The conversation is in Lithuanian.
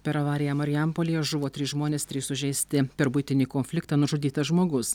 per avariją marijampolėje žuvo trys žmonės trys sužeisti per buitinį konfliktą nužudytas žmogus